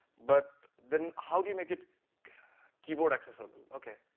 but then how do you make it keyboard accessible? okay,